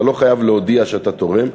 אתה לא חייב להודיע שאתה תורם,